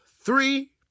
three